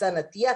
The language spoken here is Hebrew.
ניצן עטיה,